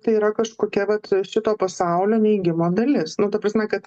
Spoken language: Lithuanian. tai yra kažkokia vat šito pasaulio neigimo dalis nu ta prasme kad